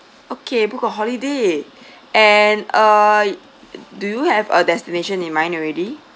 okay book a holiday and uh do you have a destination in mind already